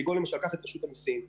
כגון רשות המיסים,